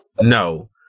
no